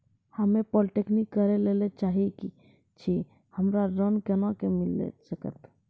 हम्मे पॉलीटेक्निक करे ला चाहे छी हमरा ऋण कोना के मिल सकत?